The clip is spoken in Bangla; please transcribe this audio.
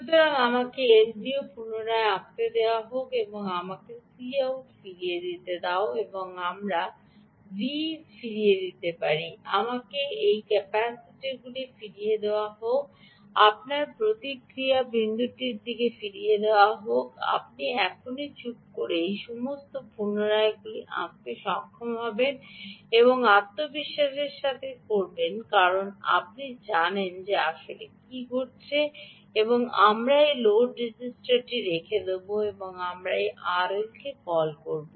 সুতরাং আমাকে এলডিও পুনরায় আঁকতে দাও আমাকে Cout ফিরিয়ে দিতে দাও এবং আমাকে V¿ ফিরিয়ে দিতে দাও আমাকে Ce ক্যাপাসিটারটি ফিরিয়ে দিতে দাও আপনার প্রতিক্রিয়া বিন্দুটি ফিরিয়ে দেওয়া যাক আপনি এখনই চুপটি করে এই সমস্ত পুনরায় আঁকতে সক্ষম হবেন আত্মবিশ্বাসের সাথে কন কারণ আপনি জানেন যে আসলে কী ঘটছে এবং আমরা এখানে লোড রেজিস্টারটি রেখে দেব আমরা এই আরএলকে কল করব